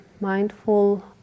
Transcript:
mindful